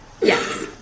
Yes